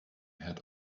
head